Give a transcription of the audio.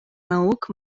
наук